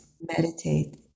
meditate